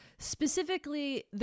Specifically